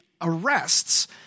arrests